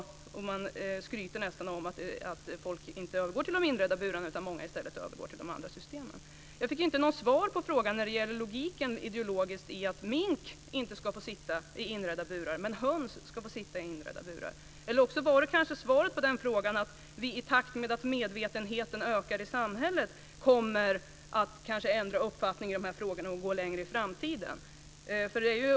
Man nästan skryter om att folk inte övergår till ett system med inredda burar, utan att många i stället går över till andra system. Jag fick inte något svar på frågan om logiken ideologiskt i att mink inte ska få sitta i inredda burar, medan höns ska få göra det. Eller också var kanske svaret på den frågan att vi i takt med en ökad medvetenhet i samhället kanske kommer att ändra uppfattning i de här frågorna och i framtiden gå längre.